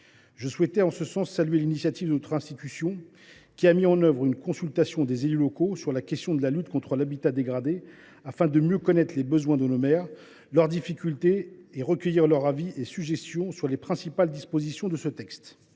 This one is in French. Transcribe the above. Je souhaite à cet égard saluer l’initiative de notre assemblée, qui a mis en œuvre une consultation des élus locaux sur la lutte contre l’habitat dégradé afin de mieux connaître les besoins de nos maires et leurs difficultés, et de recueillir leur avis et leurs suggestions sur les principales dispositions de ce texte.